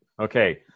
Okay